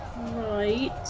Right